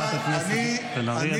חברת הכנסת בן ארי,